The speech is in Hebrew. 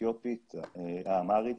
אמהרית,